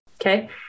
Okay